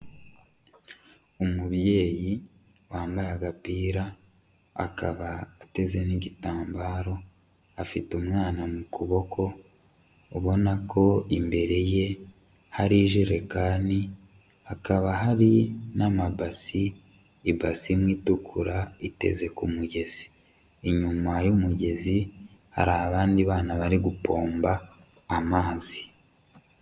Umubyeyi wambaye agapira akaba ateze n'igitambaro afite umwana mu kuboko, ubona ko imbere ye hari ijerekani, hakaba hari n'amabasi ibasi imwe itukura iteze ku mugezi. Inyuma y'umugezi hari abandi bana barigupomba amazi.